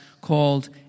called